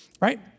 right